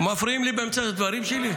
מפריעים לי באמצע הדברים שלי?